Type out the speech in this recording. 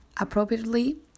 appropriately